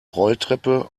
rolltreppe